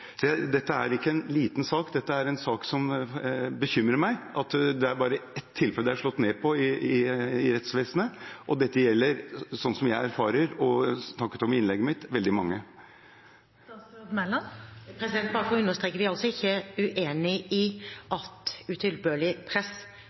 Dette er ikke en liten sak. Det bekymrer meg at det er slått ned på bare ett tilfelle i rettsvesenet, og min erfaring er, som jeg snakket om i innlegget mitt, at dette gjelder veldig mange. Bare for å understreke: Vi er ikke uenig i